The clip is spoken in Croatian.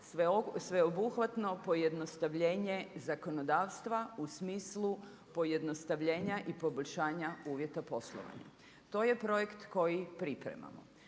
sveobuhvatno pojednostavljenje zakonodavstva u smislu pojednostavljenja i poboljšanja uvjeta poslovanja. To je projekt koji pripremamo.